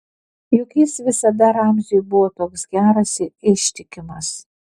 juk jis visada ramziui buvo toks geras ir ištikimas